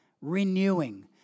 renewing